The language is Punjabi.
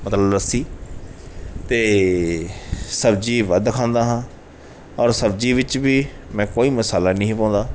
ਮਤਲਬ ਲੱਸੀ ਅਤੇ ਸਬਜ਼ੀ ਵੱਧ ਖਾਂਦਾ ਹਾਂ ਔਰ ਸਬਜ਼ੀ ਵਿੱਚ ਵੀ ਮੈਂ ਕੋਈ ਮਸਾਲਾ ਨਹੀਂ ਪਾਉਂਦਾ